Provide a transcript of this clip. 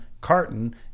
carton